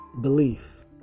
belief